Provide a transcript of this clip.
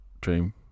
dream